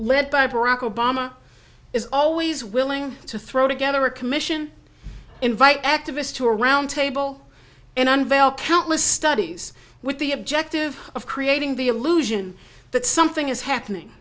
led by barack obama is always willing to throw together a commission invite activist to a round table and unveil countless studies with the objective of creating the illusion that something is happening